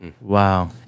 Wow